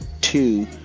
two